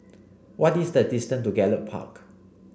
what is the distance to Gallop Park